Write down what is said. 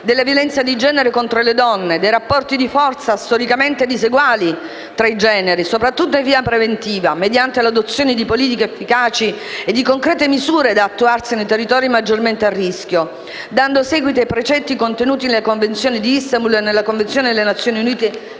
della violenza di genere contro le donne e dei rapporti di forza storicamente diseguali tra i generi, soprattutto in via preventiva, mediante l'adozione di politiche efficaci e di concrete misure da attuarsi nei territori maggiormente a rischio, dando seguito ai precetti contenuti nella Convenzione di Istanbul e nella Convenzione delle Nazioni Unite